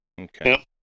Okay